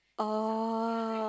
oh